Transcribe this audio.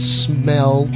smell